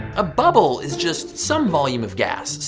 a bubble is just some volume of gas,